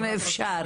אם אפשר,